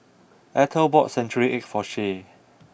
Ethel bought Century Egg for Shay